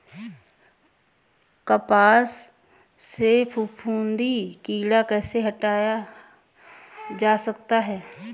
कपास से फफूंदी कीड़ा कैसे हटाया जा सकता है?